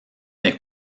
n’est